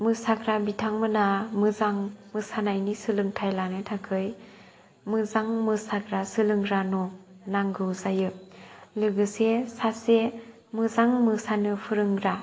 मोसाग्रा बिथां मोनहा मोजां मोसानायनि सोलोंथाय लानो थाखै मोजां मोसाग्रा सोलोंग्रा न' नांगौ जायो लोगोसे सासे मोजां मोसानो फोरोंग्रा